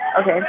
Okay